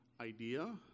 idea